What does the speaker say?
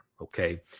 Okay